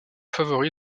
favori